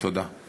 תודה.